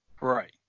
Right